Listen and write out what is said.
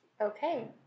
Okay